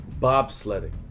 bobsledding